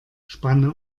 spanne